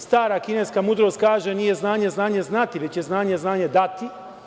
Stara kineska mudrost kaže – nije znanje znanje znati, već je znanje znanje dati.